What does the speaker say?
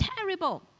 terrible